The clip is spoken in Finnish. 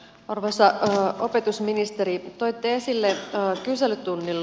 arvoisa opetusministeri toitte esiin kyselytunnilla